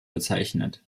bezeichnet